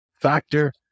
factor